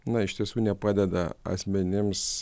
na iš tiesų nepadeda asmenims